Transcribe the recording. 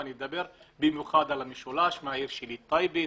ואני מדבר במיוחד על המשולש ועל העיר שלי טייבה,